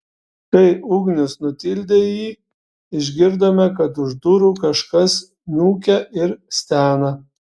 kai ugnius nutildė jį išgirdome kad už durų kažkas niūkia ir stena